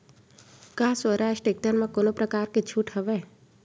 का स्वराज टेक्टर म कोनो प्रकार के छूट हवय?